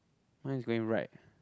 mine is going right